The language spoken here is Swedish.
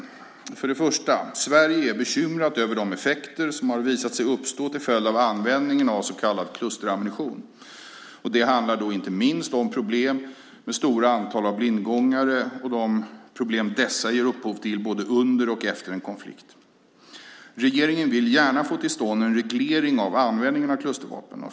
Sverige är bekymrat över de effekter som har visat sig uppstå till följd av användningen av så kallad klusterammunition. Det handlar inte minst om problem med stora antal av blindgångare och de problem dessa ger upphov till både under och efter en konflikt. Regeringen vill gärna få till stånd en reglering av användningen av klustervapen.